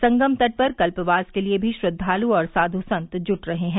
संगम तट पर कल्पवास के लिए भी श्रद्दालु और साधु संत जुट रहे हैं